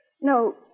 No